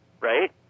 right